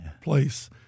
place